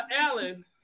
Alan